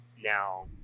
now